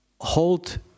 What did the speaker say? Hold